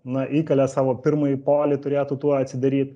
na įkalė savo pirmąjį polį turėtų tuoj atsidaryt